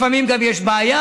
לפעמים גם יש בעיה,